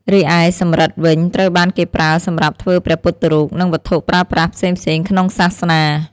រីឯសំរឹទ្ធិវិញ ត្រូវបានគេប្រើសម្រាប់ធ្វើព្រះពុទ្ធរូប និងវត្ថុប្រើប្រាស់ផ្សេងៗក្នុងសាសនា។